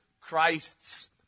Christ's